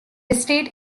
estate